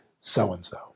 so-and-so